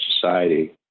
society